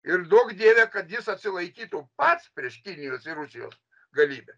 ir duok dieve kad jis atsilaikytų pats prieš kinijos ir rusijos galybę